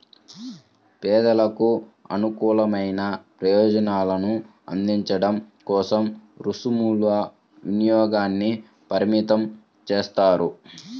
పేదలకు అనుకూలమైన ప్రయోజనాలను అందించడం కోసం రుసుముల వినియోగాన్ని పరిమితం చేస్తారు